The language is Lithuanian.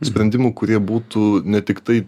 sprendimų kurie būtų ne tiktai